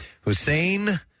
Hussein